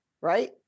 Right